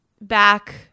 back